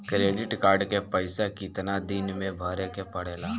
Credit card के पइसा कितना दिन में भरे के पड़ेला?